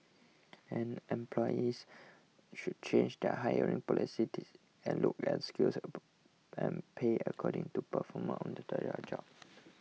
and employers should change their hiring policies and look at skills and pay according to performance on the job